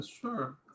sure